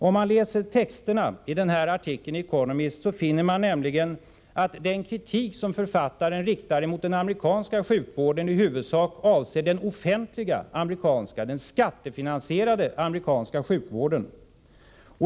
Om man läser texterna i denna artikel i Economist finner man nämligen att den kritik som författaren riktar mot den amerikanska sjukvården i huvudsak avser den offentliga, den skattefinansierade sjukvården.